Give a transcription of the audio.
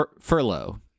Furlough